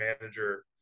manager